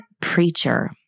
preacher